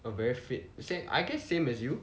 a very fit I guess same as you